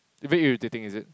very irritating is it